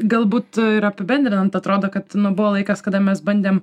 galbūt ir apibendrinant atrodo kad buvo laikas kada mes bandėm